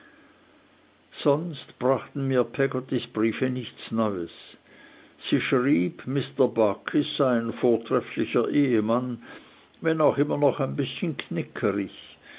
sonst brachten mir peggottys briefe nichts neues sie schrieb mr barkis sei ein vortrefflicher ehemann wenn auch immer noch ein bißchen knickerig